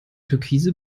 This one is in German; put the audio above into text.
türkise